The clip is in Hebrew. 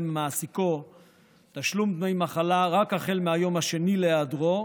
ממעסיקו תשלום דמי מחלה רק החל מהיום השני להיעדרו,